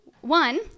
One